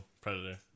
predator